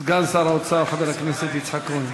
סגן שר האוצר חבר הכנסת יצחק כהן.